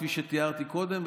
כפי שתיארתי קודם,